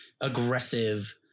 aggressive